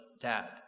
dad